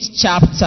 Chapter